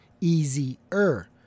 easier